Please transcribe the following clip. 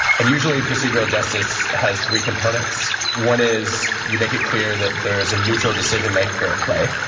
and usually procedural justice has three components. one is you make it clear that there is a neutral decision-maker at play.